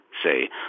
say